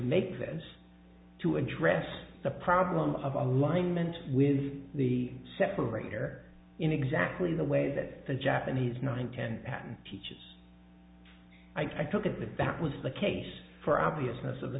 make this to address the problem of alignment with the separate here in exactly the way that the japanese nine ten pattern teaches i took it that that was the case for obviousness of the